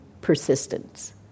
persistence